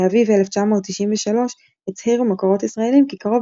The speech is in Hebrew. באביב 1993 הצהירו מקורות ישראלים כי קרוב